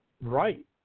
right